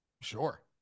Sure